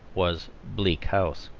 was bleak house.